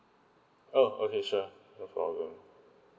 oh okay sure no problem